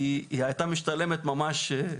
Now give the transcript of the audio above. היא הייתה משתלמת ממש.